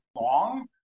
long